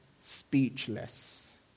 speechless